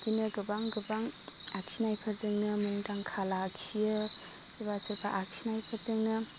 बिदिनो गोबां गोबां आखिनायफोरजोंनो मुंदांखा लाखियो सोरबा सोरबा आखिनायफोरजोंनो